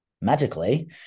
Magically